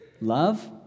love